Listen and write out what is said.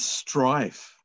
strife